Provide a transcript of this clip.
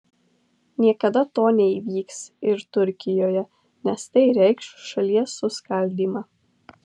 niekada to neįvyks ir turkijoje nes tai reikš šalies suskaldymą